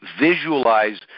Visualize